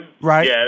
Right